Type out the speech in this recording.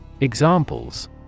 Examples